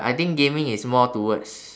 I think gaming is more towards